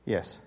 Yes